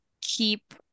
keep